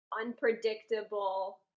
unpredictable